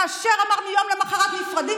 כאשר אמרנו: יום למוחרת נפרדים,